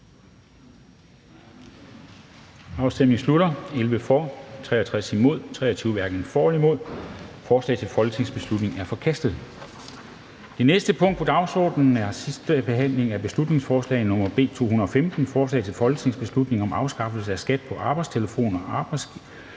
eller imod stemte 23 (V og Inger Støjberg (UFG)). Forslaget til folketingsbeslutning er forkastet. --- Det næste punkt på dagsordenen er: 8) 2. (sidste) behandling af beslutningsforslag nr. B 215: Forslag til folketingsbeslutning om afskaffelse af skat på arbejdstelefon og arbejdsgiverbetalt